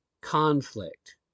conflict